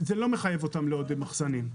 זה לא מחייב אותם לעוד מחסנים.